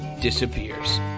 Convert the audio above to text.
disappears